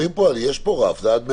יש פה רף, זה עד 150,